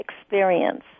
experience